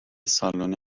سالن